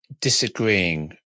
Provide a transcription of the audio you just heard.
disagreeing